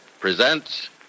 presents